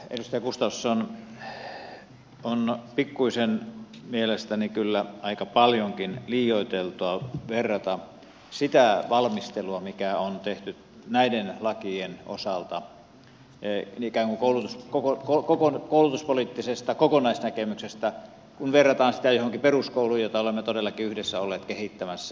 edustaja gustafsson on pikkuisen mielestäni kyllä aika paljonkin liioiteltua verrata sitä valmistelua mikä on tehty näiden lakien osalta ikään kuin koko koulutuspoliittisesta kokonaisnäkemyksestä johonkin peruskouluun jota olemme todellakin yhdessä olleet kehittämässä